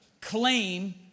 claim